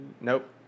Nope